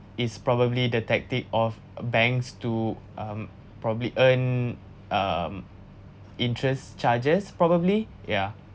it's probably the tactic of a banks to um probably earn um interest charges probably yeah